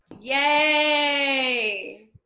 Yay